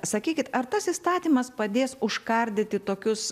sakykit ar tas įstatymas padės užkardyti tokius